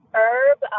herb